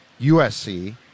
USC